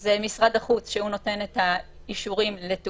זה משרד החוץ שנותן את האישורים על כלל